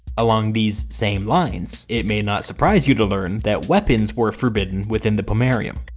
along these same lines, it may not surprise you to learn that weapons were forbidden within the pomerium.